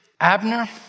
Abner